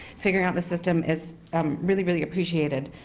figuring out the system is um really really appreciated.